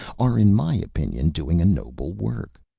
are in my opinion doing a noble work.